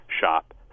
shop